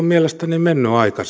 mielestäni mennyt aika